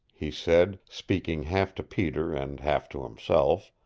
he said, speaking half to peter and half to himself.